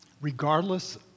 Regardless